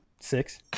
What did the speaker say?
Six